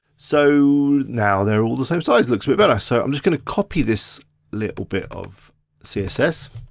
so now they're all the same size, looks way better. so i'm just gonna copy this little bit of css